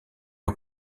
aux